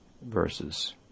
verses